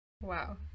Wow